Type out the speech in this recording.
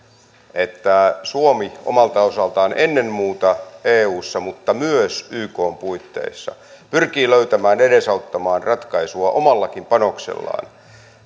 että suomi omalta osaltaan ennen muuta eussa mutta myös ykn puitteissa pyrkii löytämään edesauttamaan ratkaisua omallakin panoksellaan